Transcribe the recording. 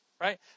right